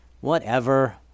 Whatever